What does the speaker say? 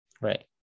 Right